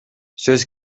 сөз